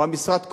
או המשרד קורס,